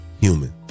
Human